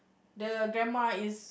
the grandma is